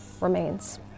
remains